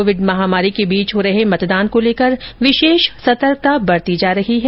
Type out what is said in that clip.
Covid महामारी के बीच हो रहे मतदान को लेकर विशेष सतर्कता बरती जा रही है